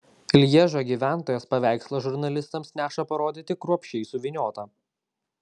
lježo gyventojas paveikslą žurnalistams neša parodyti kruopščiai suvyniotą